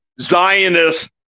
Zionist